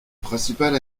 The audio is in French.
principal